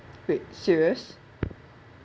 wait serious